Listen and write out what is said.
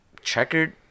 checkered